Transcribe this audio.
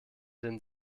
den